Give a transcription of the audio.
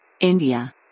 India